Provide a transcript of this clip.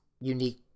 unique